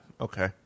okay